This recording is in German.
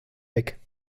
weg